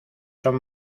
son